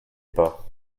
pas